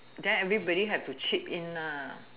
then everybody have to chip in nah